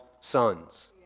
sons